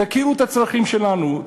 תכירו את הצרכים שלנו,